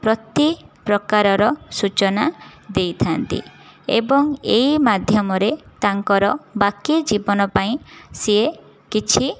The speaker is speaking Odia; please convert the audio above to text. ପ୍ରତ୍ୟେକ ପ୍ରକାରର ସୂଚନା ଦେଇଥାନ୍ତି ଏବଂ ଏହି ମାଧ୍ୟମରେ ତାଙ୍କର ବାକି ଜୀବନ ପାଇଁ ସେ କିଛି